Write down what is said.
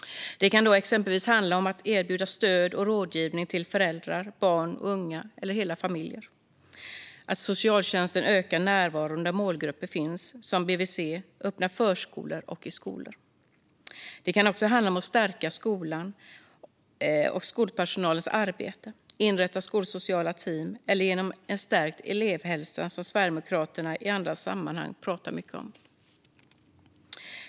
Det kan exempelvis handla om att erbjuda stöd och rådgivning till föräldrar, barn och unga eller hela familjer och att socialtjänsten ökar närvaron där målgrupperna finns, som på BVC, öppna förskolor och i skolor. Det kan också handla om att stärka skolan och skolpersonalens arbete genom att inrätta skolsociala team eller att stärka elevhälsan, som Sverigedemokraterna i andra sammanhang pratar mycket om.